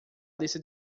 lista